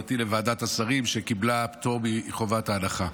תודתי לוועדת השרים על שקיבלה פטור מחובת הנחה.